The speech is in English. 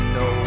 no